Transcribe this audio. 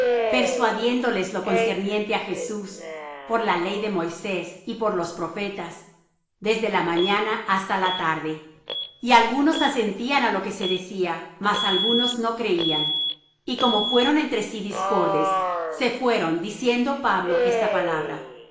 dios persuadiéndoles lo concerniente á jesús por la ley de moisés y por los profetas desde la mañana hasta la tarde y algunos asentían á lo que se decía mas algunos no creían y como fueron entre sí discordes se fueron diciendo pablo esta palabra